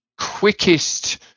quickest